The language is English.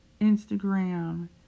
Instagram